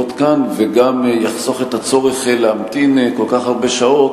כאן וגם יחסוך את הצורך להמתין כל כך הרבה שעות,